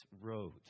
road